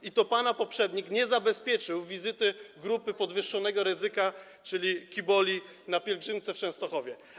I to pana poprzednik nie zabezpieczył wizyty grupy podwyższonego ryzyka, czyli kiboli, na pielgrzymce w Częstochowie.